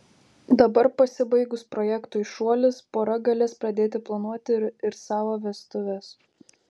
dabar pasibaigus projektui šuolis pora galės pradėti planuoti ir savo vestuves